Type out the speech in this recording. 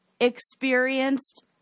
experienced